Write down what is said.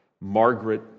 Margaret